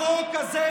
החוק הזה,